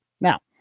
Now